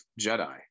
Jedi